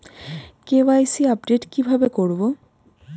KYC update কি ভাবে করবো?